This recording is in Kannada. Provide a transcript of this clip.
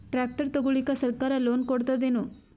ಟ್ರ್ಯಾಕ್ಟರ್ ತಗೊಳಿಕ ಸರ್ಕಾರ ಲೋನ್ ಕೊಡತದೇನು?